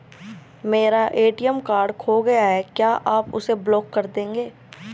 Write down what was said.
मेरा ATM card खो गया है क्या आप उसे ब्लॉक कर देंगे?